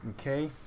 okay